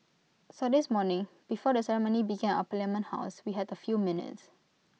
so this morning before the ceremony began at parliament house we had A few minutes